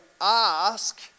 ask